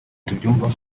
tubyumva